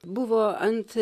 buvo ant